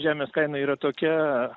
žemės kaina yra tokia